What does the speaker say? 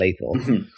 lethal